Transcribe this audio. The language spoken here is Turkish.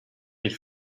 bir